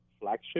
flagship